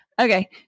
Okay